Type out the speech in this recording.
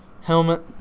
helmet